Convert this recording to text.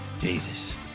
jesus